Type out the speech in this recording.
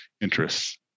interests